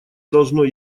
должно